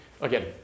Again